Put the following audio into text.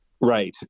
Right